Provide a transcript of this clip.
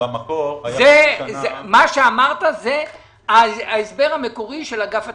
מה שאמרת זה ההסבר המקורי של אגף התקציבים.